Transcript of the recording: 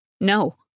no